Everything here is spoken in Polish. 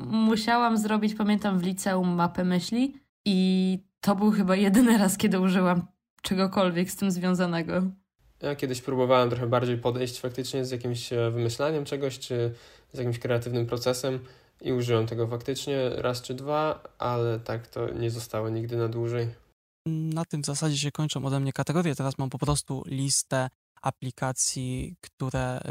Musiałam zrobić, pamiętam, w liceum mapy myśli i to był chyba jedyny raz, kiedy użyłam czegokolwiek z tym związanego. Ja kiedyś próbowałem trochę bardziej podejść faktycznie z jakimś, e, wymyślaniem czegoś czy z jakimś kreatywnym procesem i użyłem tego faktycznie raz czy dwa, ale tak to nie zostało nigdy na dłużej. Na tym w zasadzie się kończą ode mnie kategorie. Teraz mam po prostu listę aplikacji, które